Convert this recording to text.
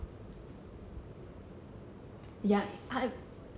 ya I